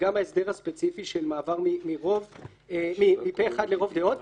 וגם ההסדר הספציפי של מעבר מפה אחד לרוב דעות.